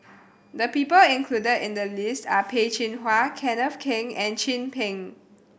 the people included in the list are Peh Chin Hua Kenneth Keng and Chin Peng